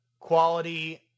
quality